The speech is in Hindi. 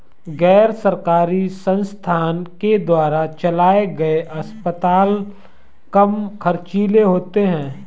गैर सरकारी संस्थान के द्वारा चलाये गए अस्पताल कम ख़र्चीले होते हैं